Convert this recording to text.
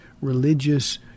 religious